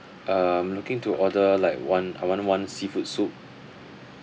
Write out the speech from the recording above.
um looking to order like one I want one seafood soup